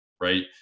right